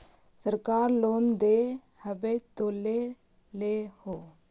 सरकार लोन दे हबै तो ले हो?